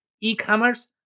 e-commerce